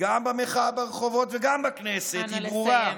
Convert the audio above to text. גם במחאה ברחובות וגם בכנסת, היא ברורה: